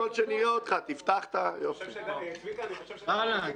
אינדיקציה באשר לישראלים שמימשו את הכוונה לאיחוד